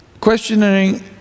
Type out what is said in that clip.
questioning